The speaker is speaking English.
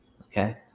okay